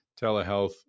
telehealth